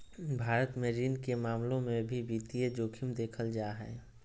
भारत मे ऋण के मामलों मे भी वित्तीय जोखिम देखल जा हय